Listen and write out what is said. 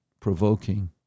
provoking